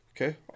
okay